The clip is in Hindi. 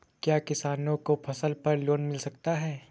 क्या किसानों को फसल पर लोन मिल सकता है?